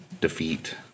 defeat